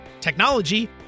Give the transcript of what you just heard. technology